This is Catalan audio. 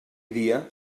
dia